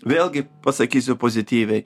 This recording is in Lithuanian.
vėlgi pasakysiu pozityviai